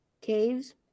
caves